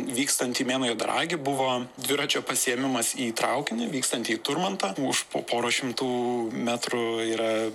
vykstant į mėnuo juodaragį buvo dviračio pasiėmimas į traukinį vykstantį į turmantą už po poros šimtų metrų yra